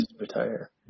retire